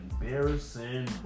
embarrassing